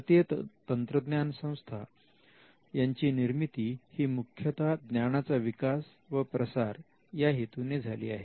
भारतीय तंत्रज्ञान संस्था यांची निर्मिती ही मुख्यता ज्ञानाचा विकास व प्रसार या हेतूने झाली आहे